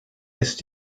ist